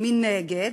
מנגד